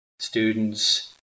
students